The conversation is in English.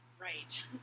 Right